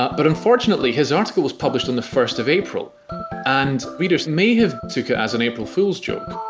but but unfortunately his article was published on the first of april and readers may have took it as an april fool's joke.